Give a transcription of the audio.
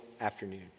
afternoon